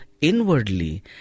inwardly